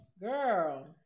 Girl